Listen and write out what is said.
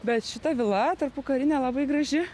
bet šita vila tarpukarinė labai graži